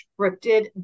scripted